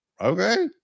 Okay